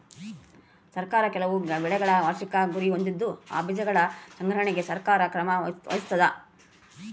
ಸರ್ಕಾರ ಕೆಲವು ಬೆಳೆಗಳ ವಾರ್ಷಿಕ ಗುರಿ ಹೊಂದಿದ್ದು ಆ ಬೀಜಗಳ ಸಂಗ್ರಹಣೆಗೆ ಸರ್ಕಾರ ಕ್ರಮ ವಹಿಸ್ತಾದ